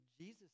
Jesus